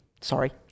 sorry